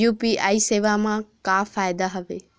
UPI सेवा मा का फ़ायदा हवे?